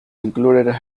included